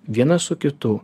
vienas su kitu